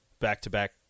back-to-back